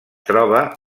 troba